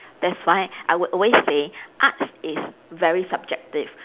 that's why I would say arts is very subjective